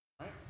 Right